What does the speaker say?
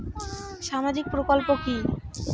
সামাজিক প্রকল্প কি?